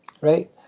right